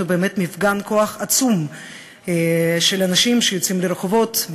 באמת מפגן כוח עצום של אנשים שיוצאים לרחובות,